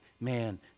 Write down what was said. man